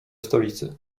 stolicy